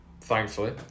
thankfully